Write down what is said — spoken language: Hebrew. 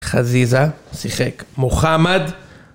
חזיזה שיחק מוחמד